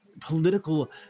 political